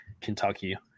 Kentucky